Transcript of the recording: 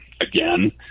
again